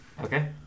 Okay